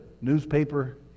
newspaper